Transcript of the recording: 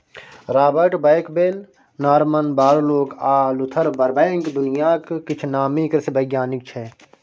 Robert Bakewell, Norman Borlaug आ Luther Burbank दुनियाक किछ नामी कृषि बैज्ञानिक छै